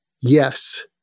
Yes